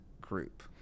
group